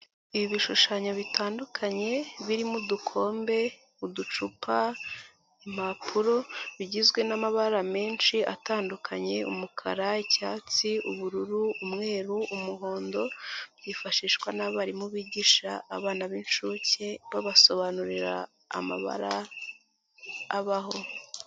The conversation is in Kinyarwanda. Ibishushanyo bitandukanye, birimo udukombe, uducupa, impapuro, bigizwe n'amabara menshi atandukanye, umukara, icyatsi, ubururu, umweru, umuhondo, byifashishwa n'abarimu bigisha abana b'inshuke, babasobanurira amabara abaho.